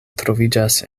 troviĝas